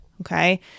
okay